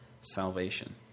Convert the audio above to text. salvation